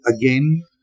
again